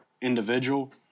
individual